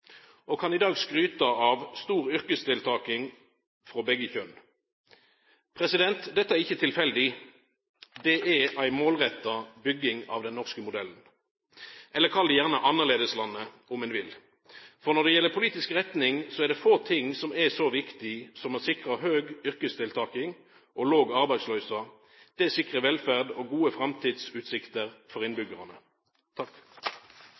og kan i dag skryta av stor yrkesdeltaking frå begge kjønn. Dette er ikkje tilfeldig. Det er ei målretta bygging av «den norske modellen», eller kall det gjerne annleislandet, om ein vil. For når det gjeld politisk retning, er det få ting som er så viktig som å sikra høg yrkesdeltaking og låg arbeidsløyse. Det sikrar velferd og gode framtidsutsikter for